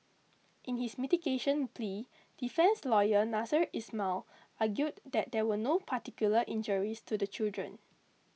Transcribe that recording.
in his mitigation plea defence lawyer Nasser Ismail argued that there were no particular injuries to the children